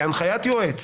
בהנחיית יועץ